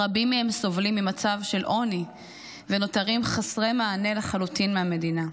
רבים מהם סובלים ממצב של עוני ונותרים חסרי מענה לחלוטין מהמדינה.